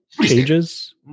changes